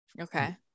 Okay